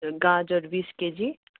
गाजर बिस केजी